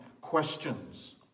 questions